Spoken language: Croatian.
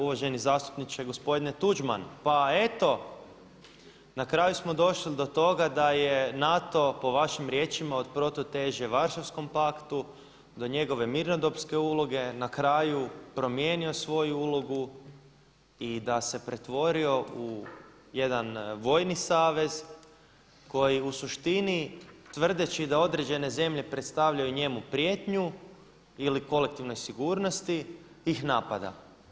Uvaženi zastupniče gospodine Tuđman, pa eto na kraju smo došli do toga da je NATO po vašim riječima od prototeže Varšavskom paktu, do njegove mirnodopske uloge na kraju promijenio svoju ulogu i da se pretvorio u jedan vojni savez koji u suštini tvrdeći da određene zemlje predstavljaju njemu prijetnju ili kolektivnoj sigurnosti ih napada.